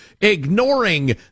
ignoring